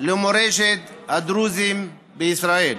למורשת הדרוזים בישראל.